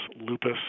lupus